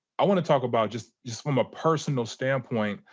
i wanna talk about, just just from a personal standpoint,